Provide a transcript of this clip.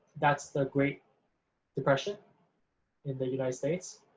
that's the great depression in the united states,